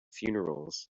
funerals